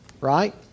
right